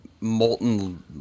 molten